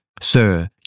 Sir